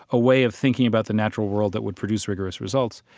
a way of thinking about the natural world that would produce rigorous results,